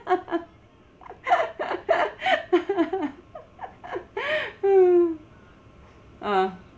uh